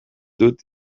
dut